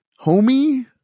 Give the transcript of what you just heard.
homie